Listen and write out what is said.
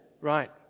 Right